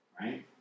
Right